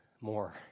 more